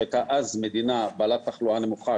שהייתה אז מדינה בעלת תחלואה נמוכה,